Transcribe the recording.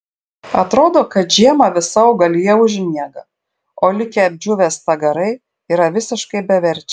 atrodo kad žiemą visa augalija užmiega o likę apdžiūvę stagarai yra visiškai beverčiai